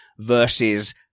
versus